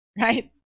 Right